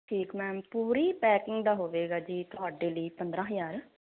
ਠੀਕ ਮੈਮ ਪੂਰੀ ਪੈਕਿੰਗ ਦਾ ਹੋਵੇਗਾ ਜੀ ਤੁਹਾਡੇ ਲਈ ਪੰਦਰਾਂ ਹਜਾਰ